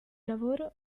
lavoro